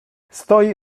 stoi